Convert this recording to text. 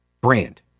brand